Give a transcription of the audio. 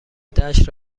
دشت